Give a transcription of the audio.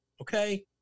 okay